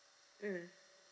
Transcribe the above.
mm